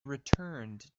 returned